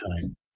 time